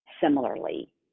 similarly